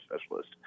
specialist